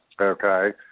Okay